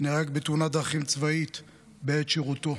נהרג בתאונת דרכים צבאית בעת שירותו.